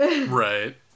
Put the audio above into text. right